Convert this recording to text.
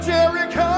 Jericho